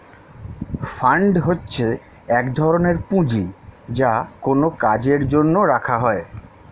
fund হচ্ছে এক ধরনের পুঁজি যা কোনো কাজের জন্য রাখা হয়